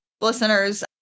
listeners